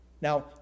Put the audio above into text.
Now